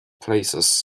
places